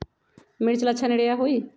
मिर्च ला अच्छा निरैया होई?